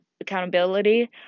accountability